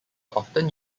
often